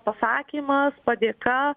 pasakymas padėka